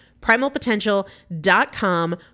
Primalpotential.com